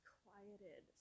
quieted